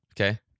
Okay